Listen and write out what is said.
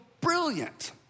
brilliant